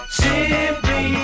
simply